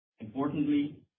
Importantly